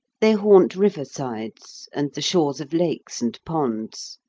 they haunt river sides, and the shores of lakes and ponds.